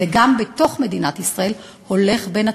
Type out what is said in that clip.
וגם בתוך מדינת ישראל, הולך בין הטיפות.